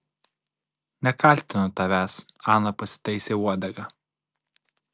nekaltinu tavęs ana pasitaisė uodegą